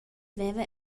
veva